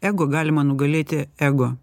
ego galima nugalėti ego